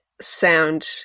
sound